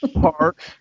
Park